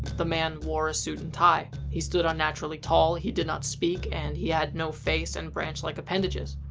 the man wore a suit and tie, he stood unnaturally tall, he did not speak, and he had no face and branch-like appendages.